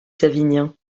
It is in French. savinien